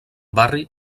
barri